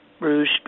Rouge